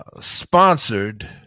sponsored